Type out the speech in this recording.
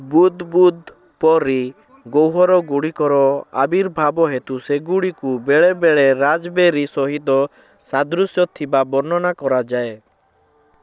ବୁଦ୍ବୁଦ୍ ପରି ଗହ୍ୱର ଗୁଡ଼ିକର ଆବିର୍ଭାବ ହେତୁ ସେଗୁଡ଼ିକୁ ବେଳେ ବେଳେ ରାଜ୍ବେରୀ ସହିତ ସାଦୃଶ୍ୟ ଥିବା ବର୍ଣ୍ଣନା କରାଯାଏ